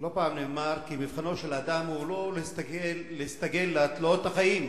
לא פעם נאמר כי מבחנו של אדם הוא לא להסתגל לתלאות החיים.